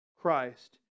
Christ